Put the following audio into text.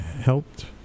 helped